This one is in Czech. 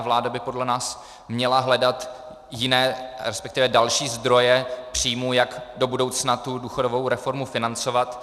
Vláda by podle nás měla hledat jiné, respektive další zdroje příjmů, jak do budoucna důchodovou reformu financovat.